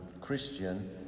Christian